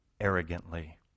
arrogantly